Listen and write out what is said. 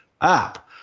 app